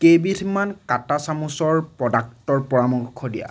কেইবিধমান কাটা চামুচৰ প্ৰডাক্টৰ পৰামৰ্শ দিয়া